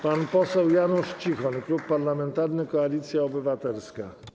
Pan poseł Janusz Cichoń, Klub Parlamentarny Koalicja Obywatelska.